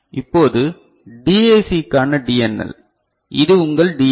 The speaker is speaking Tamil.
இப்போது DAC க்கான DNL இது உங்கள் DAC